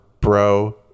bro